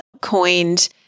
coined